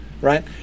right